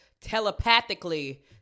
telepathically